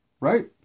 Right